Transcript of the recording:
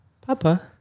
Papa